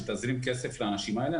שתזרים כסף לאנשים האלה.